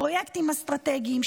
פרויקטים אסטרטגיים,